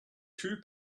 two